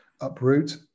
uproot